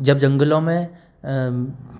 जब जंगलों में